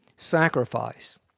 Sacrifice